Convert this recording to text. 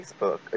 Facebook